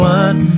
one